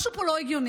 משהו פה לא הגיוני.